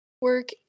work